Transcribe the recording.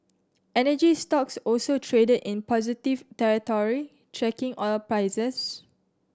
energy stocks also traded in positive territory tracking oil prices